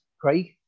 Craig